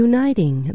Uniting